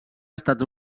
estat